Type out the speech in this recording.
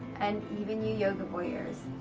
and even you yoga voyeurs.